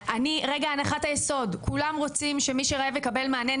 רגע הנחת היסוד כולם רוצים שמי שרעב יקבל מענה,